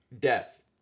death